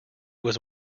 was